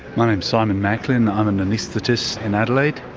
my name's simon macklin. i'm an anaesthetist in adelaide.